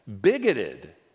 bigoted